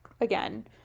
again